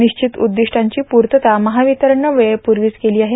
निश्चित उद्दिष्टांची पूर्तता महावितरणनं वेळेपूर्वीच केली आहे